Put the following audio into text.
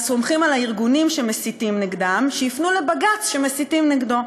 סומכים על הארגונים שמסיתים נגדם שיפנו לבג"ץ שמסיתים נגדם.